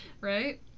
right